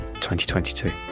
2022